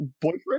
boyfriend